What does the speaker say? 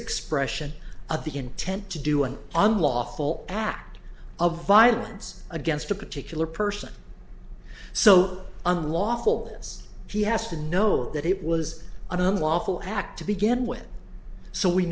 expression of the intent to do an unlawful act of violence against a particular person so unlawful she has to know that it was an unlawful act to begin with so we